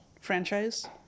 franchise